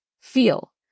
feel